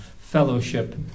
fellowship